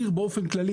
ההפעלה.